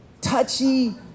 touchy